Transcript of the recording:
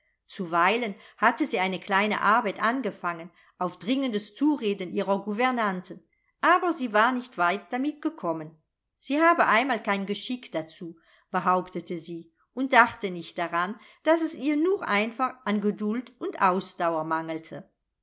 zuweilen hatte sie eine kleine arbeit angefangen auf dringendes zureden ihrer gouvernanten aber sie war nicht weit damit gekommen sie habe einmal kein geschick dazu behauptete sie und dachte nicht daran daß es ihr nur einfach an geduld und ausdauer mangele